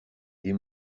des